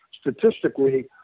statistically